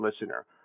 listener